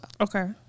Okay